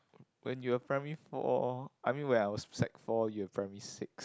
when you were primary four I mean when I was sec four you were primary six